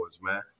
man